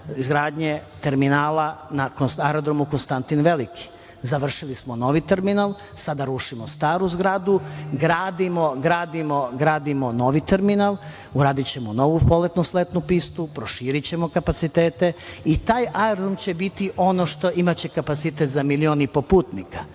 izgradnje terminala na aerodromu „Konstantin Veliki“. Završili smo novi terminal, sada rušimo staru zgradu, gradimo novi terminal, uradićemo novu poletnu, sletnu pistu, proširićemo kapacitete i taj aerodrom imaće kapacitet za milion i po putnika,